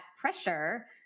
pressure